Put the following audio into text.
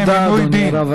תודה, אדוני.